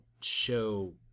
show